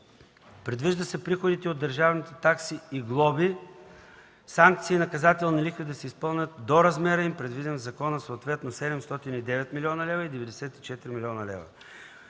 Предвижда се приходите от държавните такси и от глоби, санкции и наказателни лихви да се изпълнят до размера им, предвиден в закона, съответно – 709,0 млн. лв. и 94,0 млн. лв.